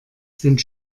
sind